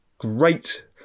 Great